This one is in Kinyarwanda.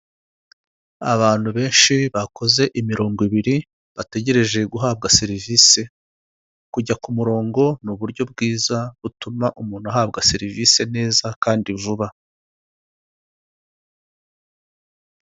Abantu benshi bakoze imirongo ibiri bategereje guhabwa serivise kujya ku murongo ni uburyo bwiza butuma umuntu ahabwa serivise neza kandi vuba.